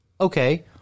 okay